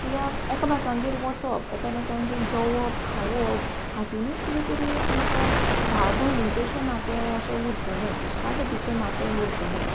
किद्या एकामेकांगेर वचप एकामेकांगेर जेवप खावप हातुंनूच कितें तरी आमचो भाव भयणीचें अशें नातें अशें उरतलें इश्टागतीचें नातें उरतलें